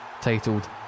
titled